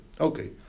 Okay